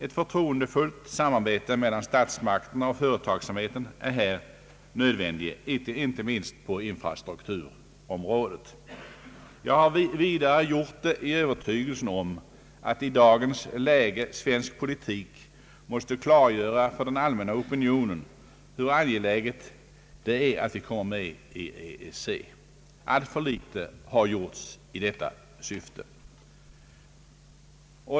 Ett förtroendefullt samarbete mellan statsmakterna och företagsamheten är här nödvändigt inte minst på infrastrukturområdet. Jag har vidare gjort det i övertygelsen om att i dagens läge svensk politik måste klargöra för den allmänna opinionen hur angeläget det är att vi kommer med i EEC. Alltför litet har gjorts. i detta syfte.